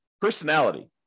personality